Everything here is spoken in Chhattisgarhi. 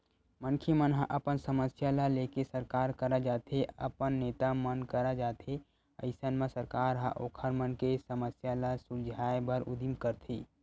मनखे मन ह अपन समस्या ल लेके सरकार करा जाथे अपन नेता मन करा जाथे अइसन म सरकार ह ओखर मन के समस्या ल सुलझाय बर उदीम करथे